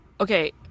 Okay